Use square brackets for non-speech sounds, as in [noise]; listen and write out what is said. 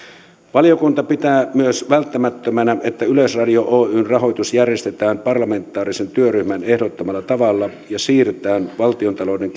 valiokunta pitää myös välttämättömänä että yleisradio oyn rahoitus järjestetään parlamentaarisen työryhmän ehdottamalla tavalla ja siirretään valtiontalouden [unintelligible]